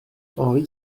henri